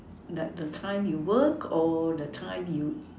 like the time you work or the time you